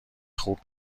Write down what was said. خوب